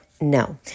no